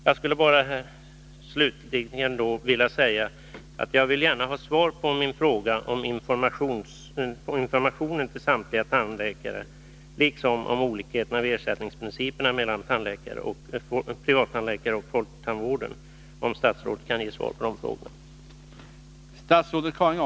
Jag skulle slutligen vilja säga att jag gärna vill ha svar på min fråga om informationen till samtliga tandläkare liksom på frågan om olikheterna i ersättningsprinciper mellan privattandläkare och folktandvården, om statsrådet kan ge svar på de frågorna.